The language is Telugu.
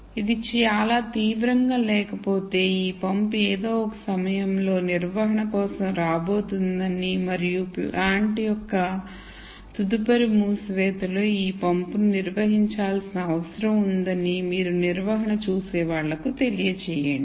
ఇది చాలా తీవ్రంగా లేకపోతే ఈ పంప్ ఏదో ఒక సమయంలో నిర్వహణ కోసం రాబోతోందని మరియు ప్లాంట్ యొక్క తదుపరి మూసివేత లో ఈ పంపును నిర్వహించాల్సిన అవసరం ఉందని మీరు నిర్వహణ చూసేవాళ్ళకుకు తెలియజేయండి